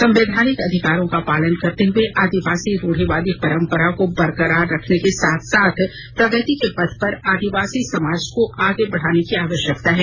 संवैधानिक अधिकारों का पालन करते हुए आदिवासी रूढ़िवादी परंपरा को बरकरार रखने के साथ साथ प्रगति के पथ पर आदिवासी समाज को आगे बढ़ने की आवश्यकता है